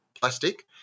plastic